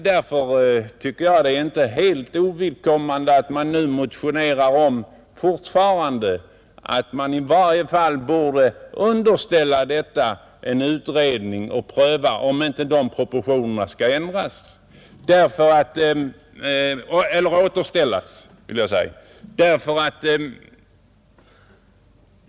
Därför tycker jag att det inte är helt ovidkommande att vi nu fortfarande motionerar om att det i varje fall borde underställas en utredning för att pröva om proportionerna inte skulle kunna återställas.